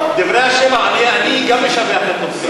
גם אני משבח את התוכנית,